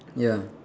ya